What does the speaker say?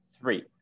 three